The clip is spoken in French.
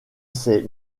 ses